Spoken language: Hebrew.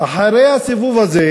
אחרי הסיבוב הזה,